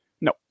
no